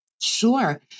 Sure